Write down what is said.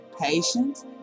patience